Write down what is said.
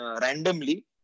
randomly